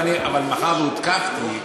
אבל מאחר שהותקפתי,